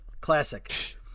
classic